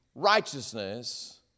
righteousness